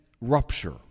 rupture